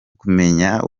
kumumenya